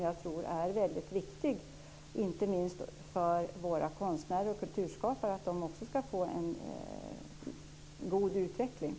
Det är inte minst viktigt för våra konstnärer och kulturskapare för att också de ska kunna utvecklas.